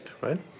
Right